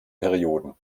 perioden